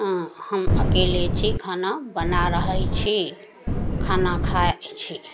हँ हम अकेले छी खाना बना रहल छी खाना खाइ छी